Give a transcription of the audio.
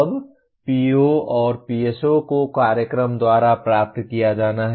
अब PO और PSO को कार्यक्रम द्वारा प्राप्त किया जाना है